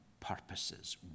Purposes